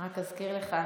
רק אזכיר לך,